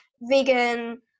vegan